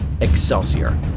Excelsior